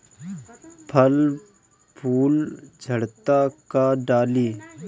फल फूल झड़ता का डाली?